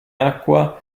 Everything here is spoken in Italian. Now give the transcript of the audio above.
acqua